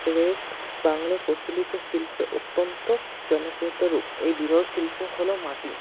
ফ্রেক্ট বাংলার প্রচলিত শিল্প অত্যন্ত জনপ্রিয়তার এই বিরল শিল্প হলো মাটি